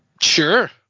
Sure